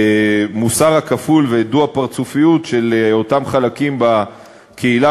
המוסר הכפול ואת הדו-פרצופיות של אותם חלקים בקהילה